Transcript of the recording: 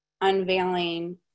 unveiling